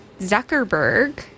Zuckerberg